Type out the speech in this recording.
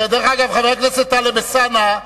חבר הכנסת טלב אלסאנע,